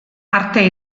arte